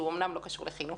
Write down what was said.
שאומנם הוא לא קשור לחינוך,